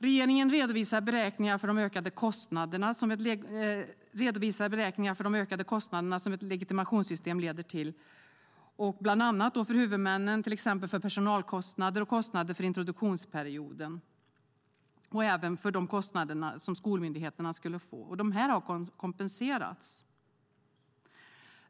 Regeringen redovisar beräkningar för de ökade kostnader som ett legitimationssystem leder till för huvudmännen, till exempel personalkostnader och kostnader för introduktionsperioden och för de kostnader som skolmyndigheterna skulle få. De har kompenserats.